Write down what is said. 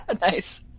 Nice